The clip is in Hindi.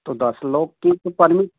तो दस लोग की तो उनकी परमिट